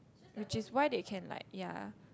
which is why they can like ya